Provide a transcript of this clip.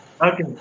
Okay